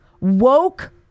woke